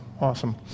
awesome